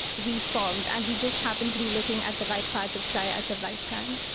we formed, and we just happened to be looking at the right patch of sky at the right time.